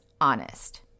honest